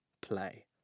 play